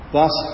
Thus